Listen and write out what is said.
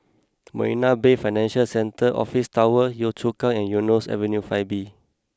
Marina Bay Financial Centre Office Tower Yio Chu Kang and Eunos Avenue Five B